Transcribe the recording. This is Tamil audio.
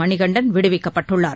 மணிகண்டன் விடுவிக்கப்பட்டுள்ளார்